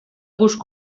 gust